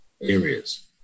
areas